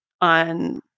on